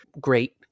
great